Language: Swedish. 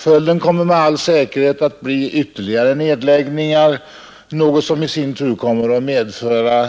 Följden kommer med all säkerhet att bli ytterligare nedläggningar, vilket i sin tur kommer att medföra